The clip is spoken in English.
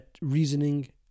reasoning